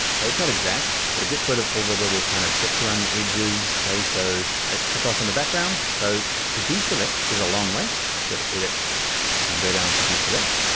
okay? it's not exact, but it gets rid of all the little kind of bits around the edges, okay? so let's click off on the background. so to deselect, there's a long way. let's go to edit and go down to deselect.